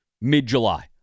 mid-July